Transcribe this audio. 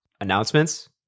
announcements